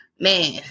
man